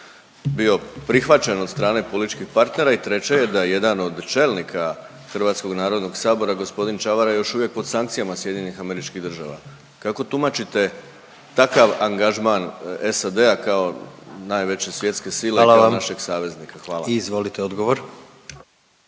bio prihvaćen od strane političkih partnera. I treće je da je jedan od čelnika Hrvatskog narodnog sabora gospodin Čavara još uvijek pod sankcijama Sjedinjenih Američkih Država. Kako tumačite takav angažman SAD-a kao najveće svjetske sile tog našeg saveznika? Hvala. **Jandroković,